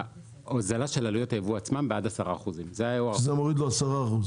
הוזלת עלויות היבוא עצמן עד 10%. שזה מוריד לו 10%?